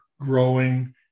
growing